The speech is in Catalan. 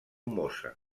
mosa